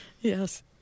Yes